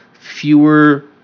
fewer